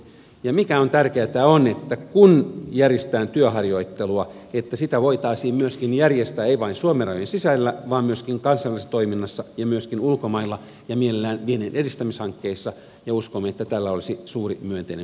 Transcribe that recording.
se mikä on tärkeätä on se että kun järjestetään työharjoittelua sitä voitaisiin myöskin järjestää ei vain suomen rajojen sisällä vaan myöskin kansainvälisessä toiminnassa ja myöskin ulkomailla ja mielellään vienninedistämishankkeissa ja uskomme että tällä olisi suuri myönteinen merkitys